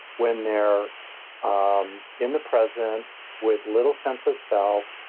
when they're um in the present with little sense of self,